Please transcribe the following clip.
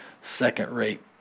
second-rate